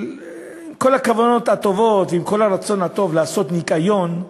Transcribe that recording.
ועם כל הכוונות הטובות ועם כל הרצון הטוב לעשות ניקיון,